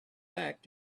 back